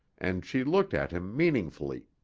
and she looked at him meaningfully